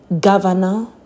governor